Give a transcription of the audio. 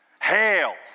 hail